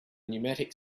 pneumatic